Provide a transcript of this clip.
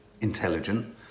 intelligent